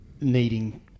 needing